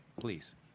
Please